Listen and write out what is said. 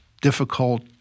difficult